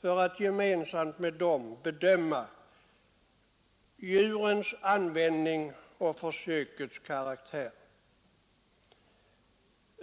som gemensamt med dessa bedömer djurens användning och försökens karaktär.